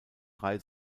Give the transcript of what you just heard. drei